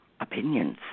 opinions